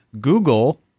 Google